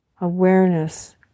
awareness